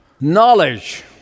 knowledge